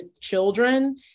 children